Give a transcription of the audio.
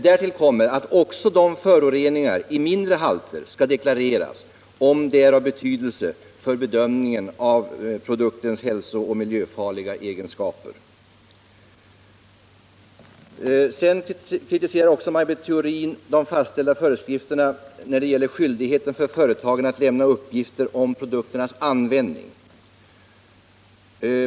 Därtill kommer att också föroreningar i mindre halter skall deklareras, om det är av betydelse för bedömningen av produktens hälsooch miljöfarliga egenskaper. Maj Britt Theorin kritiserade också de fastställda föreskrifterna när det gäller skyldigheten för företagen att lämna uppgifter om produkternas användning.